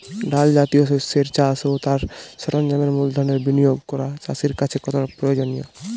ডাল জাতীয় শস্যের চাষ ও তার সরঞ্জামের মূলধনের বিনিয়োগ করা চাষীর কাছে কতটা প্রয়োজনীয়?